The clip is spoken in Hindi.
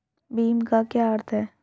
भीम का क्या अर्थ है?